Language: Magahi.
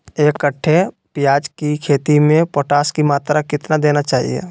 एक कट्टे प्याज की खेती में पोटास की मात्रा कितना देना चाहिए?